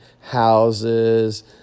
houses